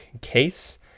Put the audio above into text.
case